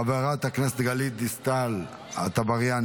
חברת הכנסת גלית דיסטל אטבריאן,